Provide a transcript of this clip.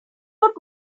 but